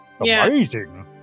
amazing